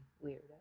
weird